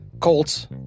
Colts